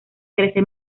crece